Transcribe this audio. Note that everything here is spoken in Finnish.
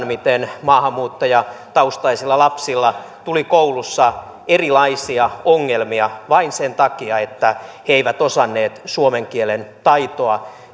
miten maahanmuuttajataustaisilla lapsilla tuli koulussa erilaisia ongelmia vain sen takia että he eivät osanneet suomen kielen taitoa